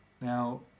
Now